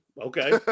Okay